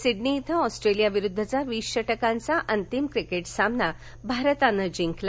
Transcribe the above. Sydney इथं Australia विरुद्धचा वीस षटकांचा अंतिम क्रिकेट सामना भारतानं जिंकला